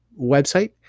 website